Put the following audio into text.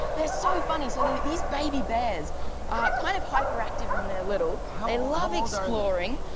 they're so funny. so, these baby bears are kind of hyperactive when they're little. they love exploring.